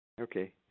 Okay